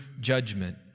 judgment